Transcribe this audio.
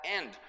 end